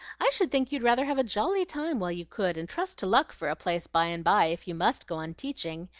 i should think you'd rather have a jolly time while you could, and trust to luck for a place by-and-by, if you must go on teaching,